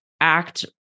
act